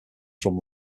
from